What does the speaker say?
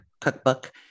cookbook